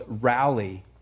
rally